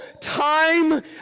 Time